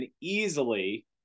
easily